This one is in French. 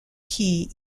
qui